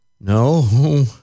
No